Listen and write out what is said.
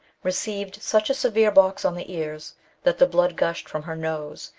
received such a severe box on the ears that the blood gushed from her nose,